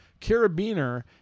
carabiner